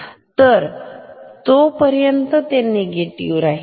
तर तोपर्यंत ते निगेटिव राहील